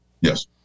yes